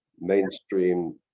Mainstream